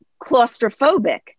claustrophobic